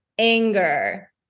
anger